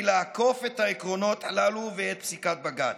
לעקוף את העקרונות הללו ואת פסיקת בג"ץ.